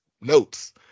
notes